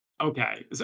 Okay